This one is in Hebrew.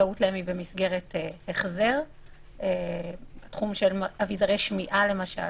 שהזכאות להם היא במסגרת החזר, אביזרי שמיעה למשל